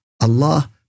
Allah